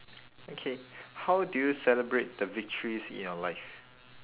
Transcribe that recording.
okay how do you celebrate the victories in your life